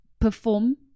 perform